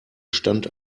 stand